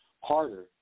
harder